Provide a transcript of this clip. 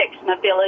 mobility